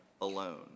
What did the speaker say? alone